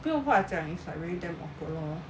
不用话讲 is like really damn awkward lor